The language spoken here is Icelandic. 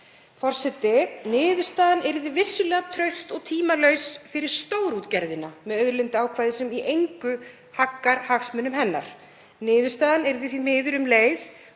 Forseti. Niðurstaðan yrði vissulega traust og tímalaus fyrir stórútgerðina með auðlindaákvæði sem haggar í engu hagsmunum hennar. Niðurstaðan yrði því miður um leið